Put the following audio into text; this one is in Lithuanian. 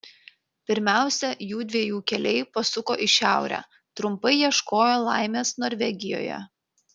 pirmiausia jųdviejų keliai pasuko į šiaurę trumpai ieškojo laimės norvegijoje